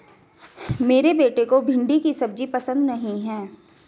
मेरे बेटे को भिंडी की सब्जी पसंद नहीं है